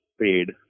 paid